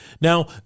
now